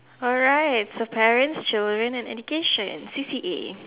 alright so parents children and education C_C_A